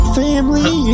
family